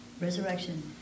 resurrection